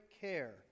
care